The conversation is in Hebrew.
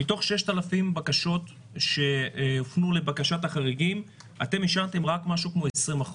מתוך 6,000 בקשות שהופנו לוועדת החריגים אתם אישרתם רק כ-20%.